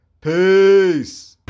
peace